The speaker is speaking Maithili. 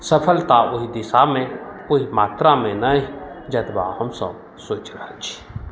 सफलता ओहि दिशामे ओहि मात्रामे नहि जतबा हमसब सोचि रहल छी